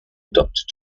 adopted